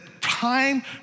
time